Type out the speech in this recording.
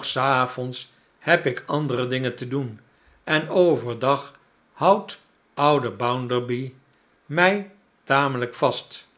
s avonds heb ik andere dingen te doen en over dag houdt oude bounderby mij tamelijk vast